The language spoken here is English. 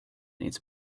needs